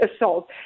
assault